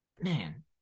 man